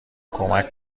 کمک